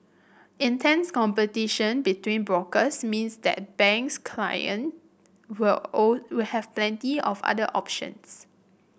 intense competition between brokers means that bank's client will all will have plenty of other options